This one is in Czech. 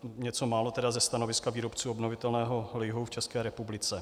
Něco málo tedy ze stanoviska výrobců obnovitelného lihu v České republice.